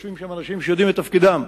ויושבים שם אנשים שיודעים את תפקידם.